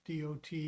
DOT